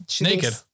Naked